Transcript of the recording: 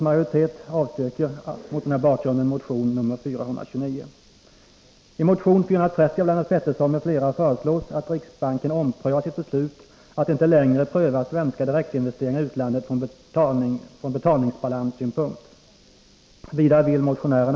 Mot denna bakgrund avstyrker utskottets majoritet motion 429.